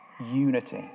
unity